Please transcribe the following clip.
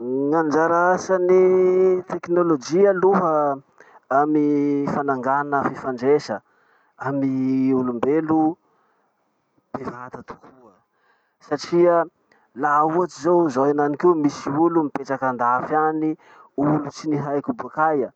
Gn'anjara asan'ny tekinolojia aloha amy fanangana fifandraisa amy olombelo. Bevata tokoa satria laha ohatsy zao zaho henanikio misy olo mipetraky andafy any, olo tsy nihaiko bokaia.